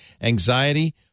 anxiety